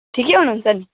ठिकै हुनुहुन्छ नि